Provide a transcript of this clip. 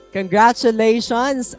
Congratulations